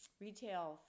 retail